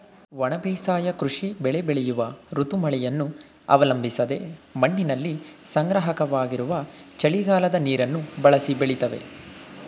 ಒಣ ಬೇಸಾಯ ಕೃಷಿ ಬೆಳೆ ಬೆಳೆಯುವ ಋತು ಮಳೆಯನ್ನು ಅವಲಂಬಿಸದೆ ಮಣ್ಣಿನಲ್ಲಿ ಸಂಗ್ರಹವಾಗಿರುವ ಚಳಿಗಾಲದ ನೀರನ್ನು ಬಳಸಿ ಬೆಳಿತವೆ